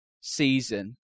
season